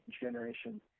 generation